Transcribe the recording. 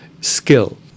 skill